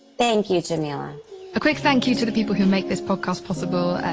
thank you, jameela a quick thank you to the people who make this podcast possible.